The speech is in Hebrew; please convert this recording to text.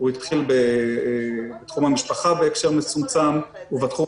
הוא התחיל בתחום המשפחה בהקשר מצומצם ובתחום